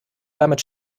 damit